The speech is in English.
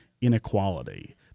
inequality